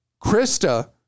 Krista